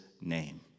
name